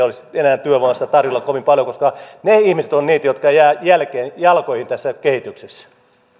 olisi enää työvoimassa tarjolla kovin paljon koska ne ihmiset ovat niitä jotka jäävät jalkoihin tässä kehityksessä